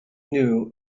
knew